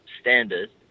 standards